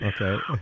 Okay